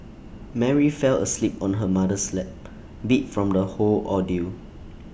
Mary fell asleep on her mother's lap beat from the whole ordeal